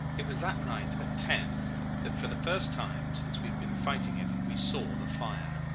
it was that night at ten that, for the first time since we had been fighting it, we saw the fire.